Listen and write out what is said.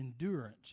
endurance